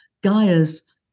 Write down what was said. Gaia's